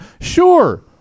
Sure